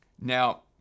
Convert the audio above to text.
Now